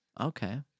Okay